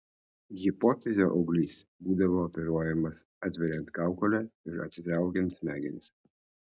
hipofizio auglys būdavo operuojamas atveriant kaukolę ir atitraukiant smegenis